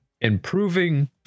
improving